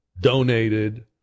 donated